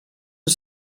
att